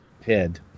head